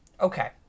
Okay